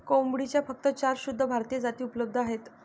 कोंबडीच्या फक्त चार शुद्ध भारतीय जाती उपलब्ध आहेत